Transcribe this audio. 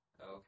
Okay